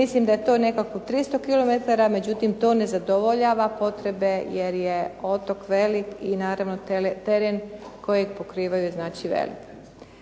Mislim da je to nekako 30 km, međutim to ne zadovoljava potrebe jer je otok velik i naravno teren kojeg pokrivaju velik.